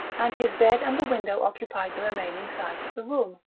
and his bed and the window occupied the remaining sides of the room.